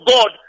God